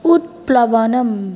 उत्प्लवनम्